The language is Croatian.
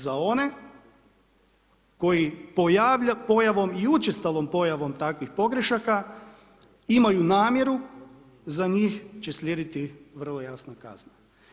Za one koji pojavom i učestalom pojavom takvih pogrešaka imaju namjeru za njih će slijediti vrlo jasna kazna.